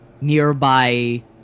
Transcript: nearby